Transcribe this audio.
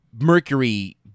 Mercury